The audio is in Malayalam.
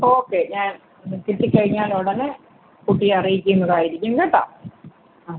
ഓക്കെ ഞാൻ കിട്ടിക്കഴിഞ്ഞാൽ ഉടനെ കുട്ടിയെ അറിയിക്കുന്നതായിരിക്കും കേട്ടോ ആ